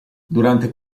durante